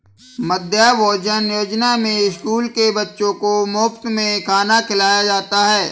मध्याह्न भोजन योजना में स्कूल के बच्चों को मुफत में खाना खिलाया जाता है